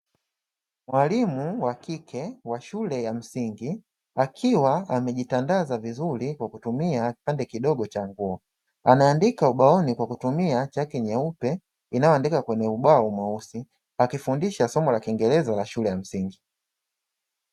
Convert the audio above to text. Mwalimu wa kike wa shule ya msingi akiwa amejitandaza vizuri kwa kutumia kipande kidogo cha nguo. Anaandika ubaoni kwa kutumia chaki nyeupe inayoandika kwenye ubao mweusi, akifundisha somo la kingereza la shule ya msingi.